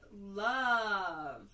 love